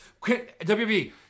WB